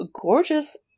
gorgeous